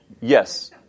Yes